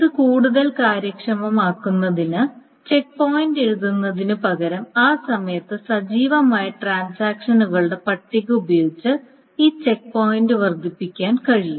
ഇത് കൂടുതൽ കാര്യക്ഷമമാക്കുന്നതിന് ചെക്ക് പോയിന്റ് എഴുതുന്നതിനുപകരം ആ സമയത്ത് സജീവമായ ട്രാൻസാക്ഷനുകളുടെ പട്ടിക ഉപയോഗിച്ച് ഈ ചെക്ക് പോയിന്റ് വർദ്ധിപ്പിക്കാൻ കഴിയും